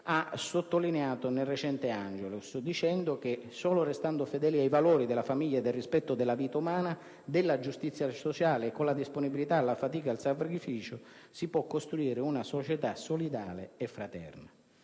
ha sottolineato nel recente Angelus, dicendo che: «solo restando fedeli ai valori della famiglia e del rispetto della vita umana, della giustizia sociale e con la disponibilità alla fatica e al sacrificio, si può costruire una società solidale e fraterna».